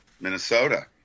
Minnesota